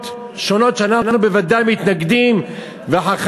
שונות שאנחנו בוודאי מתנגדים להן,